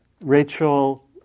Rachel